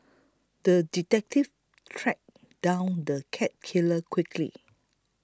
the detective tracked down the cat killer quickly